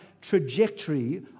trajectory